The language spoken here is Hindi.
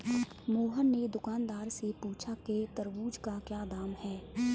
मोहन ने दुकानदार से पूछा कि तरबूज़ का क्या दाम है?